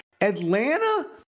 Atlanta